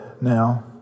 now